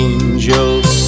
Angels